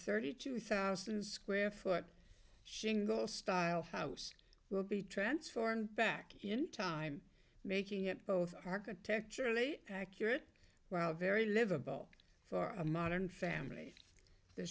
thirty two thousand square foot shingle style house will be transformed back in time making it both architecture really accurate while very livable for a modern family the